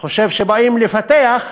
חושב שבאים לפתח,